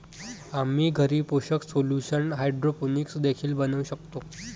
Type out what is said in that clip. आम्ही घरी पोषक सोल्यूशन हायड्रोपोनिक्स देखील बनवू शकतो